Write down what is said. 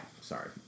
Sorry